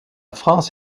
france